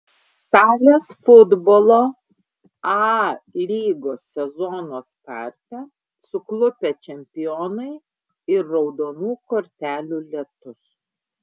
salės futbolo a lygos sezono starte suklupę čempionai ir raudonų kortelių lietus